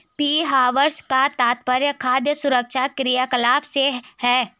pre harvest का तात्पर्य खाद्य सुरक्षा क्रियाकलाप से है